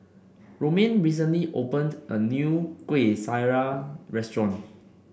Romaine recently opened a new Kuih Syara Restaurant